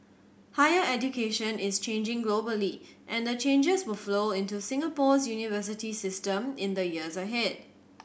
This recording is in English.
higher education is changing globally and the changes will flow into Singapore's university system in the years ahead